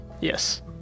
Yes